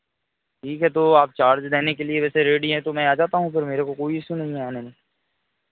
ठीक है तो आप चार्ज देने के लिए वैसे रेडी हैं तो मैं आ जाता हूँ फिर मेरे को कोई इसू नहीं आने में